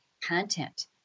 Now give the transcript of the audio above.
content